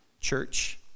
Church